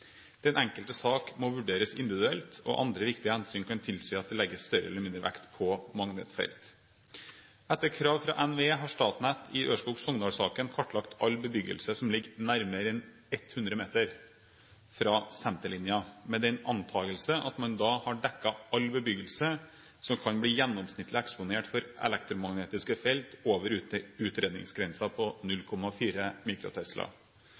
Den enkelte sak må vurderes individuelt, og andre viktige hensyn kan tilsi at det legges større eller mindre vekt på magnetfelt. Etter krav fra NVE har Statnett i Ørskog–Sogndal-saken kartlagt all bebyggelse som ligger nærmere enn 100 meter fra senterlinjen, med den antakelse at man da har dekket all bebyggelse som kan bli gjennomsnittlig eksponert for elektromagnetiske felt over utredningsgrensen på